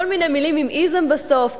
כל מיני מלים עם איזם בסוף,